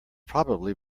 probably